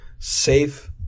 safe